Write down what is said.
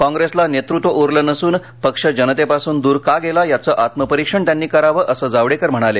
काँग्रेसला नेतृत्व उरलं नसून पक्ष जनतेपासून दूर का गेला याचं आत्मपरीक्षण त्यांनी करावं असं जावडेकर म्हणाले